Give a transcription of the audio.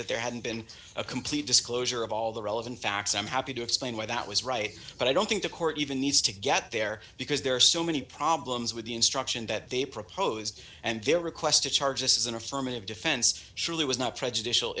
that there hadn't been a complete disclosure of all the relevant facts i'm happy to explain why that was right but i don't think the court even needs to get there because there are so many problems with the instruction that they proposed and their request to charge this is an affirmative defense surely was not prejudicial